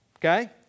Okay